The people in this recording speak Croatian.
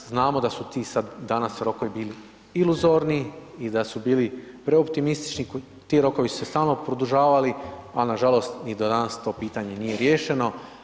Znamo da su ti sada danas rokovi bili iluzorni i da su bili preoptimistični, ti rokovi su se stalno produžavali, ali nažalost, ni do danas to pitanje nije riješeno.